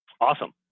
Awesome